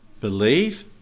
Believe